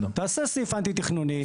תעשה סעיף אנטי תכנוני.